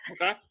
Okay